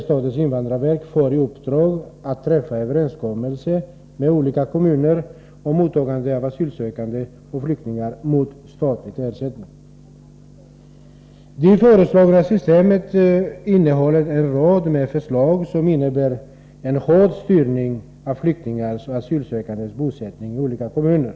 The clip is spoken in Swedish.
Statens invandrarverk får i uppdrag att träffa överenskommelse med olika kommuner om mottagande av asylsökande och flyktingar mot statlig ersättning. Det föreslagna systemet omfattar en rad bestämmelser som innebär en hård styrning av flyktingars och asylsökandes bosättning i olika kommuner.